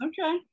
okay